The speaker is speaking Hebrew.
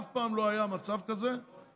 אף פעם לא היה מצב כזה בכנסת,